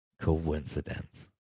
coincidence